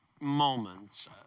moments